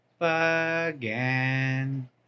again